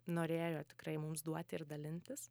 norėjo tikrai mums duoti ir dalintis